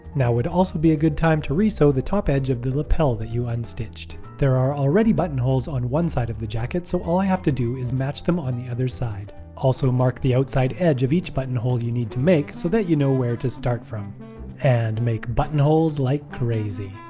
now would also be a good time to re-sew so the top edge of the lapel that you unstitched there are already buttonhole s on one side of the jacket so all i have to do is match them on the other side also mark the outside edge of each buttonhole you need to make so that you know where to start from and make buttonholes like crazy.